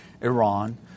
Iran